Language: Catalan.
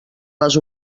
les